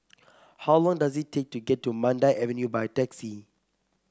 how long does it take to get to Mandai Avenue by taxi